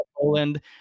Poland